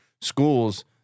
schools